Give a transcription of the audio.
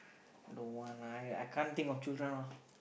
don't want lah I I can't think of children all